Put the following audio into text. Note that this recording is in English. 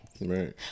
Right